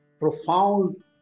profound